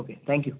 okay thank you